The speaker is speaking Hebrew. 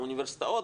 האוניברסיטאות,